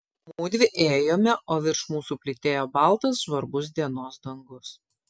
mudvi ėjome o virš mūsų plytėjo baltas žvarbus dienos dangus